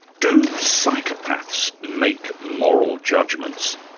do psychopaths make moral judgments?